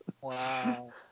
Wow